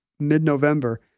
mid-November